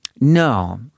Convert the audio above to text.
No